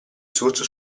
source